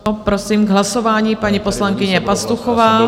Prosím, k hlasování paní poslankyně Pastuchová.